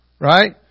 Right